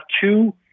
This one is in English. two